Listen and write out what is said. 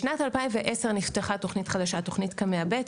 בשנת 2010 נפתחה תוכנית חדשה תוכנית קמ"ע ב',